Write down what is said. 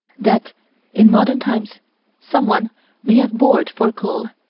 that in modern times someone may have bored for coal,